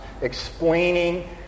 explaining